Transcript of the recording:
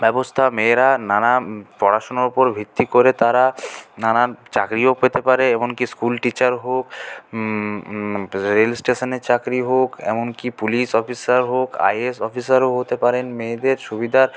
ব্যবস্থা মেয়েরা নানা পড়াশোনার ওপর ভিত্তি করে তারা নানান চাকরিও পেতে পারে এমনকি স্কুল টিচার হোক রেল স্টেশানের চাকরি হোক এমনকি পুলিশ অফিসার হোক আইএএস অফিসারও হতে পারেন মেয়েদের সুবিধার